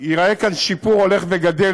ייראה כאן שיפור הולך וגדל,